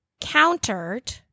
countered